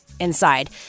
Inside